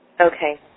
Okay